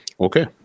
Okay